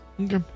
okay